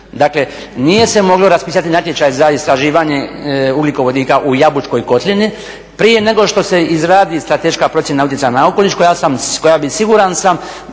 Dakle, nije se moglo raspisati natječaj za istraživanje ugljikovodika u Jabučkoj kotlini prije nego što se izradi strateška procjena utjecaja na okoliš koja bi siguran sam